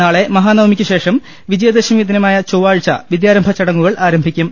നാളെ മഹാനവമിയ്ക്കുശേഷം വിജയദശമി ദിനമായ ചൊവ്വാഴ്ച വിദ്യാരംഭ ചടങ്ങുകൾ ആരംഭിക്കും